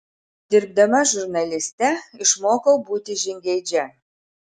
dirbdama žurnaliste išmokau būti žingeidžia